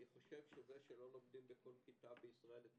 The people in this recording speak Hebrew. אני חושב שזה שלא נותנים בכל כיתה בישראל את